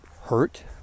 hurt